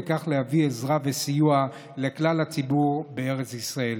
ובכך להביא עזרה וסיוע לכלל הציבור בארץ ישראל.